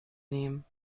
nehmen